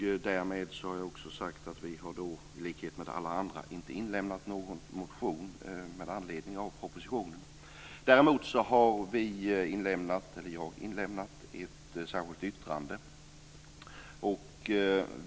Därmed har jag också sagt att vi, i likhet med alla andra, inte har väckt någon motion med anledning av propositionen. Däremot har jag inlämnat ett särskilt yttrande.